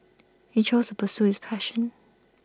he chose pursue his passion